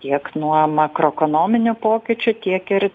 tiek nuo makroekonominių pokyčių tiek ir